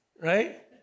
right